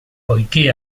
poiché